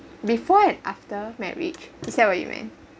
before and after marriage is that what you mean